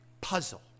puzzle